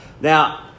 Now